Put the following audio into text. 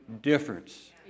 difference